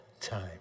Time